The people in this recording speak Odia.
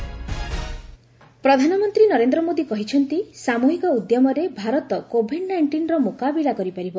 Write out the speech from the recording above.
ପିଏମ୍ ସିଏମ୍ ପ୍ରଧାନମନ୍ତ୍ରୀ ନରେନ୍ଦ୍ର ମୋଦୀ କହିଛନ୍ତି ସାମୁହିକ ଉଦ୍ୟମରେ ଭାରତ କୋଭିଡ୍ ନାଇଷ୍ଟିନ୍ର ମୁକାବିଲା କରିପାରିବ